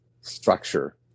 structure